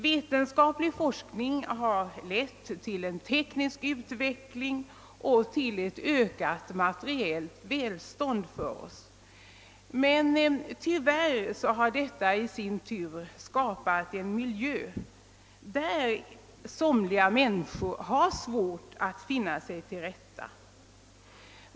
Vetenskaplig forskning har lett till en teknisk utveckling och ett ökat materiellt välstånd för oss. Men tyvärr har detta i sin tur skapat en miljö där somliga människor har svårt att finna sig till rätta.